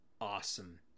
Awesome